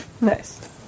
Nice